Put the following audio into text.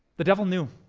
the devil knew